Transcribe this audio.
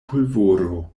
pulvoro